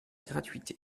gratuité